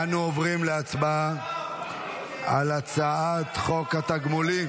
אנו עוברים להצבעה על הצעת חוק התגמולים